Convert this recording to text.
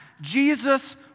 Jesus